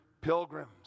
pilgrims